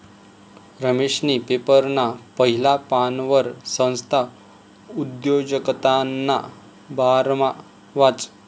रमेशनी पेपरना पहिला पानवर संस्था उद्योजकताना बारामा वाचं